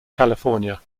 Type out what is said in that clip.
california